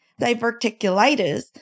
Diverticulitis